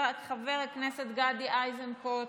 חבר הכנסת גדי איזנקוט,